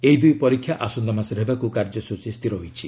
ଏହି ଦୁଇ ପରୀକ୍ଷା ଆସନ୍ତାମାସରେ ହେବାକୁ କାର୍ଯ୍ୟସ୍ତଚୀ ସ୍ଥିର ହୋଇଛି